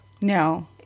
No